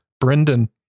brendan